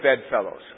bedfellows